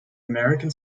american